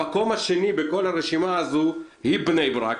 המקום השני ברשימה הוא בני ברק.